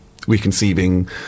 reconceiving